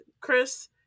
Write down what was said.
Chris